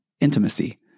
intimacy